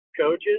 coaches